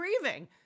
grieving